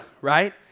right